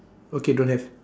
okay don't have